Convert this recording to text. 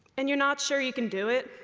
and you're not sure you can do it,